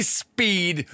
speed